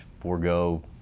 forego